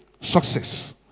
success